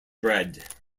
bread